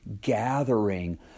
gathering